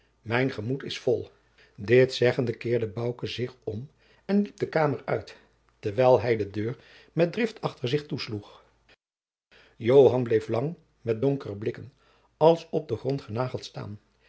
mijn gemoed is vol dit zeggende keerde bouke zich om en liep de kamer uit terwijl hij de deur met drift achter zich toesloeg joan bleef lang met donkere blikken als op den grond genageld staan